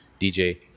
DJ